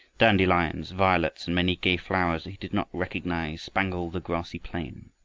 dandelions, violets, and many gay flowers that he did not recognize spangled the grassy plain.